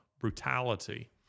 brutality